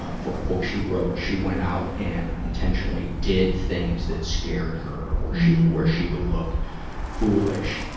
ah for a book she wrote, she went out and intentionally did things that scared her, or she, um where she would look foolish.